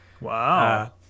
Wow